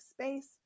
space